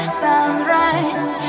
sunrise